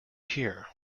here